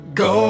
go